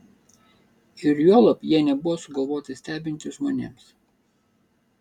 ir juolab jie nebuvo sugalvoti stebinti žmonėms